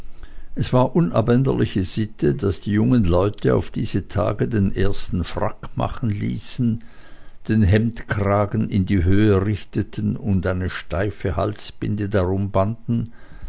es war unabänderliche sitte daß die jungen leute auf diese tage den ersten frack machen ließen den hemdekragen in die höhe richteten und eine steife halsbinde darum banden